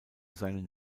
seinen